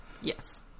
Yes